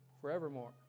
forevermore